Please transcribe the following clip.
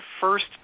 first